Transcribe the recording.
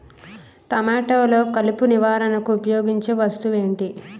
టమాటాలో కలుపు నివారణకు ఉపయోగించే వస్తువు ఏంటి?